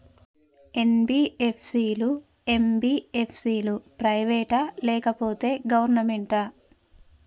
NBFC లు, MBFC లు private ఆ లేకపోతే గవర్నమెంటా?